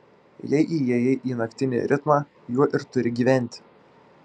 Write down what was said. jei įėjai į naktinį ritmą juo ir turi gyventi